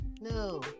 no